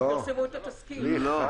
התזכיר.